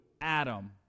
Adam